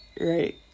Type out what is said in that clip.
right